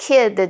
Kid